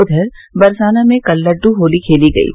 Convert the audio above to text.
उधर बरसाना में कल लड्डू होली खेली गयी